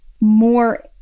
more